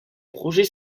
projets